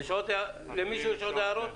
למישהו יש עוד הערות?